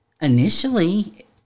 Initially